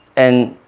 and